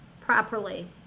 properly